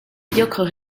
médiocres